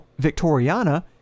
victoriana